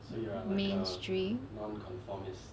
main stream